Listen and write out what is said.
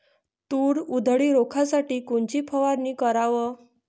तूर उधळी रोखासाठी कोनची फवारनी कराव?